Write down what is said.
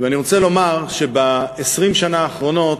ואני רוצה לומר שב-20 שנה האחרונות,